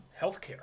healthcare